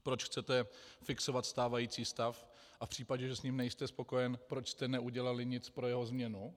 Proč chcete fixovat stávající stav a v případě, že s ním nejste spokojen, proč jste neudělali nic pro jeho změnu?